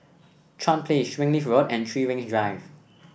Chuan Place Springleaf Road and Three Ring Drive